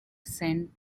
sent